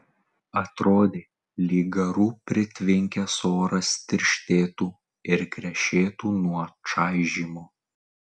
atrodė lyg garų pritvinkęs oras tirštėtų ir krešėtų nuo čaižymo